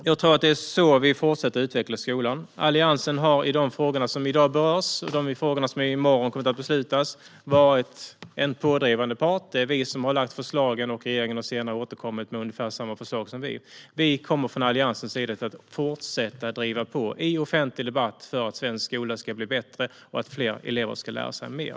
Jag tror att det är på detta sätt som vi fortsätter att utveckla skolan. Alliansen har i de frågor som i dag berörs, och som vi i morgon kommer att fatta beslut om, varit en pådrivande part. Det är vi som har lagt fram förslagen, och regeringen har senare återkommit med ungefär samma förslag som vi har lagt fram. Vi kommer från Alliansens sida att fortsätta att driva på i offentlig debatt för att svensk skola ska bli bättre och för att fler elever ska lära sig mer.